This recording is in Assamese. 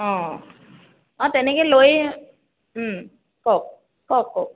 অঁ অঁ তেনেকৈ লৈ কওক কওক কওক